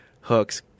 hooks